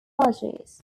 lodges